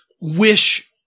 wish